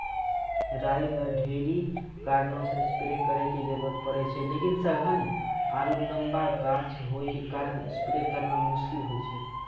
राई मे ढेरी कारणों से स्प्रे करे के जरूरत पड़े छै लेकिन सघन आरु लम्बा गाछ होय के कारण स्प्रे करना मुश्किल होय छै?